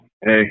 hey